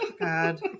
God